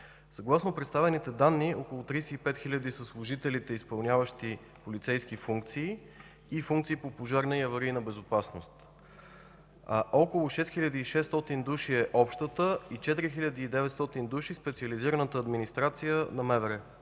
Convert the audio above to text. Съгласно представените данни около 35 хиляди са служителите, изпълняващи полицейски функции и функции по пожарна и аварийна безопасност. Около 6600 души е общата администрация и 4900 специализираната администрация на МВР.